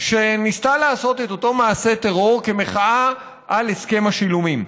שניסתה לעשות את אותו מעשה טרור כמחאה על הסכם השילומים.